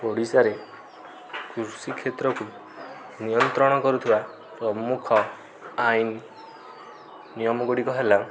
ଓଡ଼ିଶାରେ କୃଷି କ୍ଷେତ୍ରକୁ ନିୟତ୍ରଣ କରୁଥିବା ପ୍ରମୁଖ ଆଇନ ନିୟମ ଗୁଡ଼ିକ ହେଲା